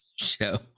show